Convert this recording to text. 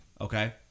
okay